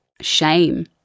shame